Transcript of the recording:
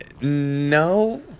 No